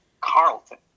Carlton